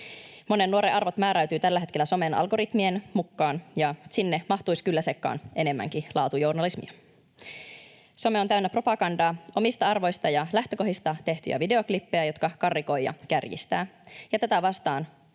Monen nuoren arvot määräytyvät tällä hetkellä somen algoritmien mukaan, ja sinne mahtuisi kyllä sekaan enemmänkin laatujournalismia. Some on täynnä propagandaa, omista arvoista ja lähtökohdista tehtyjä videoklippejä, jotka karrikoivat ja kärjistävät, ja tätä vastaan